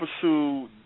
pursue